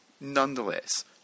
Nonetheless